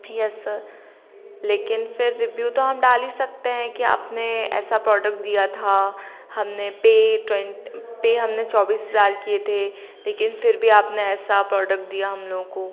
yes sir लेकिन फिर review तो हम डाल ही सकते हैं कि आपने ऐसा प्रॉडक्ट दिया था हमने पे ट्वेन्ट पे हम ने चौबीस हज़ार किए थे लेकिन फिर आपने ऐसा प्रॉडक्ट दिया हम लोगों को